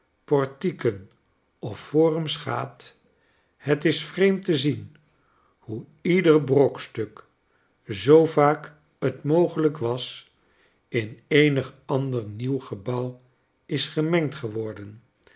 portieken of forums gaat het is vreemd te zien hoe ieder brokstuk zoo vaak t mogelijk was in eenig ander nieuw gebouw is gemengd geworden